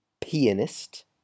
pianist